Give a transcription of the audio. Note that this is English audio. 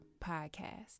podcast